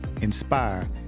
inspire